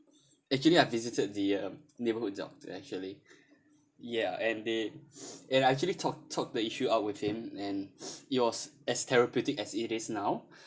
actually I visited the uh neighbourhood doctor actually ya and they and I actually talked talked the issue out with him and it was as therapeutic as it is now